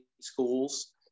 schools –